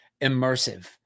immersive